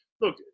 look